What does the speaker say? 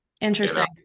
interesting